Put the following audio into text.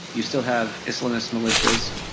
you still have islamist militias,